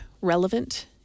relevant